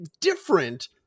different